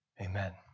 Amen